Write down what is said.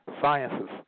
sciences